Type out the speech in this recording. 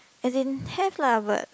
as in have lah but